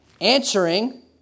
answering